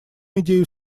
идею